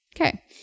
Okay